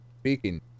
speaking